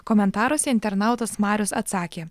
komentaruose internautas marius atsakė